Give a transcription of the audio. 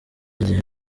gihe